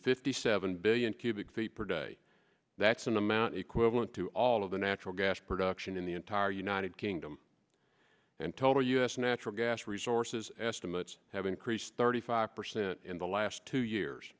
fifty seven billion cubic feet per day that's an amount equivalent to all of the natural gas production in the entire united kingdom and total u s natural gas resources estimates have increased thirty five percent in the last two years